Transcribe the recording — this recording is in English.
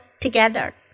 together